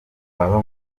baba